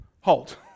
halt